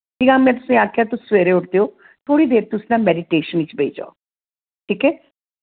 जि'यां में तुसें ई आखेआ तुस सवेरै उठदे ओ थोह्ड़ी देर तुस ना मैडीटेशन च बेही जाओ ठीक ऐ